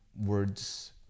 words